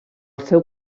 seu